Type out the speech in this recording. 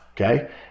Okay